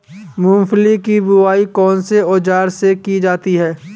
मूंगफली की बुआई कौनसे औज़ार से की जाती है?